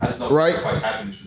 right